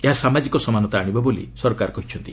ଏହା ସାମାଜିକ ସମାନତା ଆଣିବ ବୋଲି ସରକାର କହିଛନ୍ତି